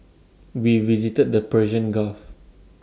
we visited the Persian gulf